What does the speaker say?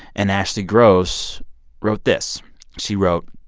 and ashley gross wrote this she wrote,